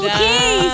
Okay